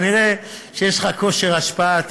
כנראה יש לך כושר השפעה.